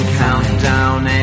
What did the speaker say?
countdown